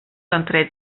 entre